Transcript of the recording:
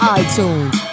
iTunes